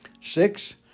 Six